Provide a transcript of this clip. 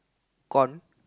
con